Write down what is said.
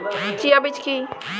Chia বীজ কী?